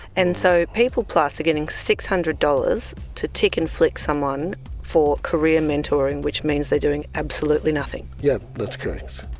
and so peopleplus are getting six hundred dollars to tick and flick someone for career mentoring which means they're doing absolutely nothing? yep. that's correct.